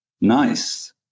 Nice